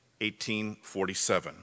1847